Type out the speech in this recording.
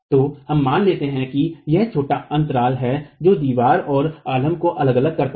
तो हम मान लेते हैं कि एक छोटा अंतराल है जो दीवार और अलम्ब को अलग करता है